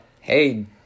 hey